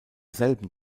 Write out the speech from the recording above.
selben